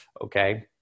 okay